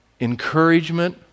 encouragement